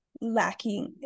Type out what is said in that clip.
lacking